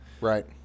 Right